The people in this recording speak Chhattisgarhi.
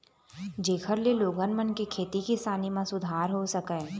जेखर ले लोगन मन के खेती किसानी म सुधार हो सकय